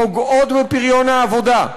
פוגעות בפריון העבודה.